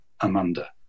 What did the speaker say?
Amanda